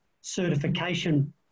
certification